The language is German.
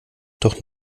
doch